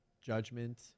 judgment